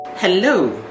hello